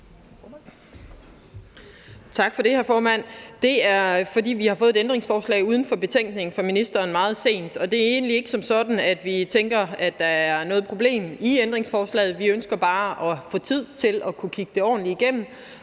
Tak for det, hr. formand. Vi har meget sent fået et ændringsforslag uden for betænkningen fra ministeren. Det er egentlig ikke, fordi vi som sådan tænker, at der er noget problem i ændringsforslaget. Vi ønsker bare at få tid til at kunne kigge det ordentligt igennem.